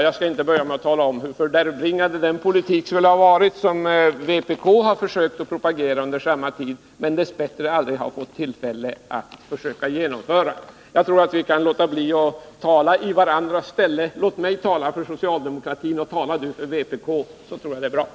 Jag skall inte börja med att tala om hur fördärvbringande den politik skulle ha varit som vpk försökt propagera för under samma tid men dess bättre aldrig fått tillfälle att försöka genomföra. Jag tror vi skall försöka låta bli att tala i varandras ställe. Om jag talar för socialdemokratin och Jörn Svensson talar för vpk tror jag det blir bra.